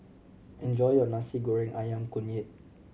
enjoy your Nasi Goreng Ayam Kunyit